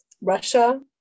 Russia